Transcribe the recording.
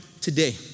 today